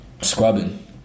Scrubbing